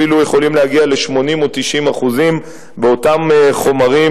אפילו יכולים להגיע ל-80% או 90% באותם חומרים